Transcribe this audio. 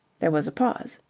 there was a pause.